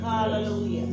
Hallelujah